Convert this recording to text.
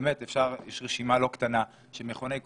יש רשימה לא קטנה של מכוני כושר,